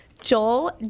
Joel